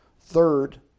Third